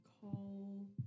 call